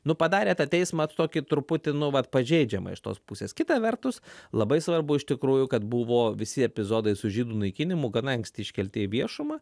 nu padarė tą teismą tokį truputį nu vat pažeidžiamą iš tos pusės kita vertus labai svarbu iš tikrųjų kad buvo visi epizodai su žydų naikinimu gana anksti iškelti į viešumą